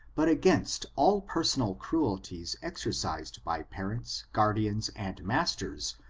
but against all personal cruelties ex ercised by parents, guardians and masters,